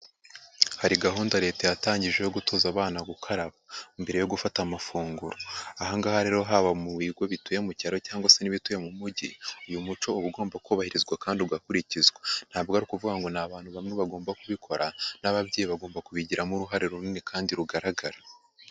Hari gahunda Leta yatangije yo gutoza abana gukaraba, mbere yo gufata amafunguro. Aha ngaha rero haba mu bigo bituye mu cyaro cyangwa se n'ibituye mu mugi, uyu muco uba ugomba kubahirizwa kandi ugakurikizwa. Nta bwo ari ukuvuga ngo ni abantu bamwe bagomba kubikora, n'ababyeyi bagomba kubigiramo uruhare runini kandi rugaragara.